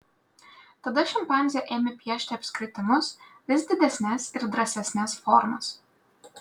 tada šimpanzė ėmė piešti apskritimus vis didesnes ir drąsesnes formas